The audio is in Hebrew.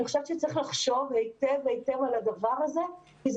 צריך לחשוב היטב על הדבר הזה כי זה